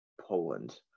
Poland